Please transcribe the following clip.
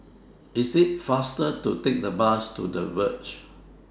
IT IS faster to Take The Bus to The Verge